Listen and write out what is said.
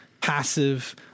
passive